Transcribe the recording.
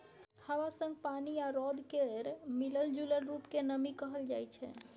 हबा संग पानि आ रौद केर मिलल जूलल रुप केँ नमी कहल जाइ छै